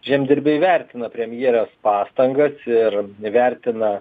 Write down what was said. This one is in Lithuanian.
žemdirbiai įvertino premjerės pastangas ir įvertina